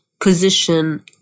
position